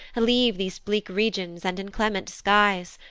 leave these bleak regions and inclement skies,